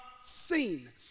seen